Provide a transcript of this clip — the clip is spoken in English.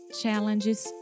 challenges